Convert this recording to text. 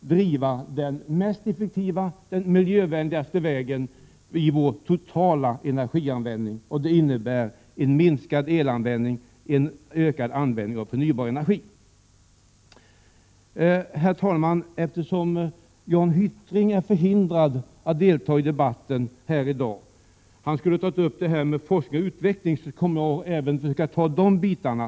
linjen om den mest effektiva och miljövänliga vägen beträffande vår totala energianvändning, som innebär minskad elanvändning och ökad användning av förnybar energi. Herr talman! Eftersom Jan Hyttring är förhindrad att delta i debatten i dag — han skulle ha tagit upp forskning och utveckling — kommer jag att försöka ta upp även de bitarna.